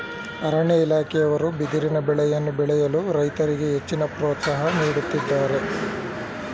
ಅರಣ್ಯ ಇಲಾಖೆಯವರು ಬಿದಿರಿನ ಬೆಳೆಯನ್ನು ಬೆಳೆಯಲು ರೈತರಿಗೆ ಹೆಚ್ಚಿನ ಪ್ರೋತ್ಸಾಹ ನೀಡುತ್ತಿದ್ದಾರೆ